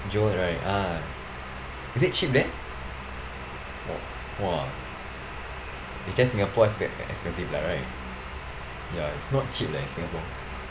jewel right ah is it cheap there oh !wah! they charge singapore ex~ expensive lah right ya it's not cheap leh singapore